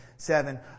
Seven